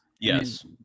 Yes